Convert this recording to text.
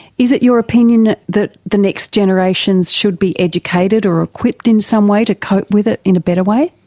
is it your opinion that the next generations should be educated or equipped in some way to cope with it in a better way?